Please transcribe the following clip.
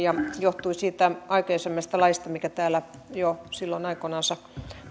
ja johtui siitä aikaisemmasta laista mikä täällä jo silloin aikoinansa